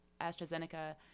AstraZeneca